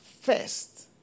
first